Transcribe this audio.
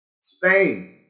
Spain